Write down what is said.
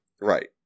Right